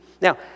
Now